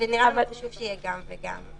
נראה לנו חשוב שיהיה גם וגם.